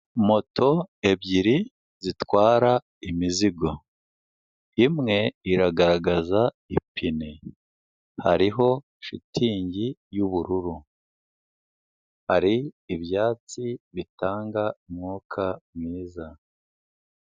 Moto ebyiri zitwara imizigo, imwe iragaragaza ipine hariho shitingi y'ubururu ari ibyatsi bitanga umwuka mwiza.